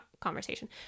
conversation